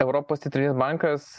europos centrinis bankas